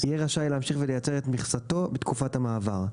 יהיה רשאי להמשיך ולייצר את מכסתו בתקופת המעבר,